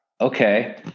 Okay